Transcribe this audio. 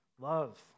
love